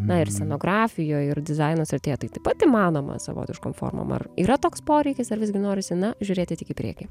na ir scenografijoj ir dizaino srityje tai taip pat įmanoma savotiškom formom ar yra toks poreikis ar visgi norisi na žiūrėti tik į priekį